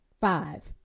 five